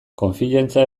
konfiantza